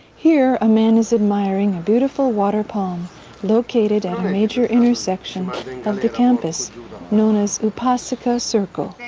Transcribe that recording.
here, a man is admiring a beautiful water palm located at a major intersection of the campus known as upasika circle.